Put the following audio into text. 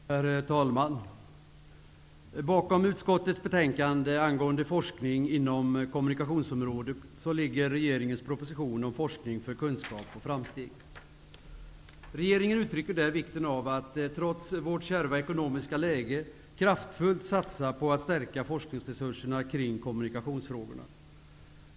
Herr talman! Bakom utskottets betänkande angående forskning inom kommunikationsområdet ligger regeringens proposition om forskning för kunskap och framsteg. Regeringen uttrycker där vikten av att vi, trots vårt kärva ekonomiska läge, kraftfullt satsar på att stärka forskningsresurserna kring kommunikationsfrågorna.